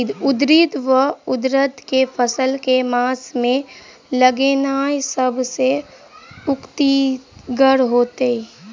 उड़ीद वा उड़द केँ फसल केँ मास मे लगेनाय सब सऽ उकीतगर हेतै?